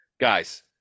Guys